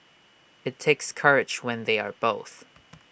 IT takes courage when they are both